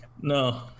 No